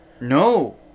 No